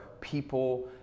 people